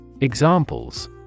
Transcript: Examples